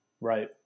Right